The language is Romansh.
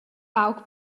pauc